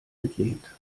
entlehnt